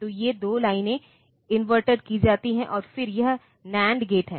तो ये 2 लाइनें इनवर्टेड की जाती है और फिर यह NAND गेट है